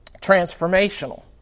transformational